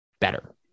better